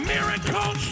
Miracle